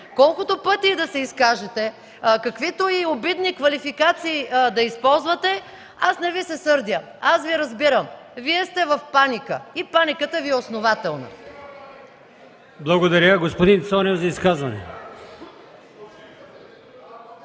колкото и пъти да се изкажете, каквито и обидни квалификации да използвате, аз не Ви се сърдя. Аз Ви разбирам – Вие сте в паника. И паниката Ви е основателна. (Реплики и провиквания